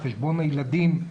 הילדים,